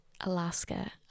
alaska